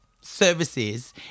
services